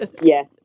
Yes